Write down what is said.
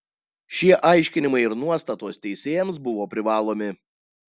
šie aiškinimai ir nuostatos teisėjams buvo privalomi